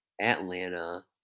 Atlanta